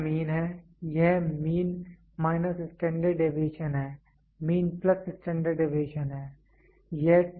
तो यह मीन है यह मीन माइनस स्टैंडर्ड डेविएशन है मीन प्लस स्टैंडर्ड डेविएशन है